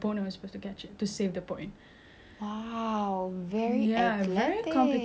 ya very complicated tapi saya buat and then I also did